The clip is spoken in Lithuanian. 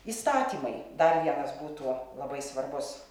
įstatymai dar vienas būtų labai svarbus